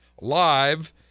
live